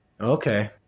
Okay